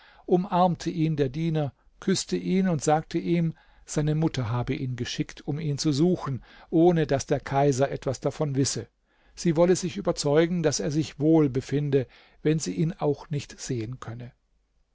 umarmte ihn der diener küßte ihn und sagte ihm seine mutter habe ihn geschickt um ihn zu suchen ohne daß der kaiser etwas davon wisse sie wolle sich überzeugen daß er sich wohl befinde wenn sie ihn auch nicht sehen könne